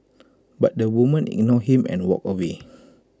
but the woman ignored him and walked away